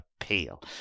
appeal